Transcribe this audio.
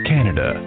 Canada